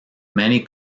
many